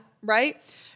right